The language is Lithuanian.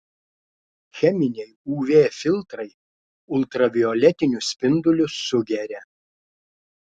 cheminiai uv filtrai ultravioletinius spindulius sugeria